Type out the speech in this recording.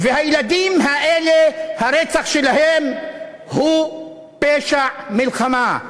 והילדים האלה, הרצח שלהם הוא פשע מלחמה.